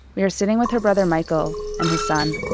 we are sitting with her brother michael and his son.